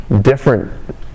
different